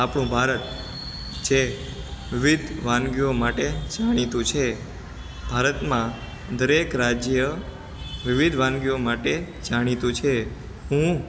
આપણું ભારત છે વિવિધ વાનગીઓ માટે જાણીતું છે ભારતમાં દરેક રાજ્ય વિવિધ વાનગીઓ માટે જાણીતું છે હું